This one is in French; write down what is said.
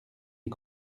est